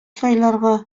сайларга